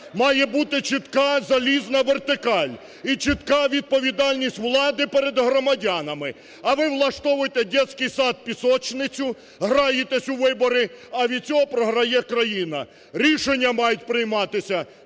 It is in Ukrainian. Має бути чітка залізна вертикаль і чітка відповідальність влади перед громадянами! А ви влаштовуєте "дєтский сад – пісочницю", граєтесь у вибори, а від цього програє країна. Рішення мають прийматися